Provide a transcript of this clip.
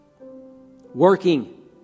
Working